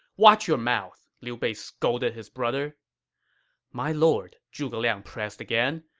watch your mouth, liu bei scolded his brother my lord, zhuge liang pressed again,